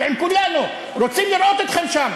אתם רוצים להתנהג כאופוזיציה?